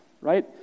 right